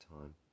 time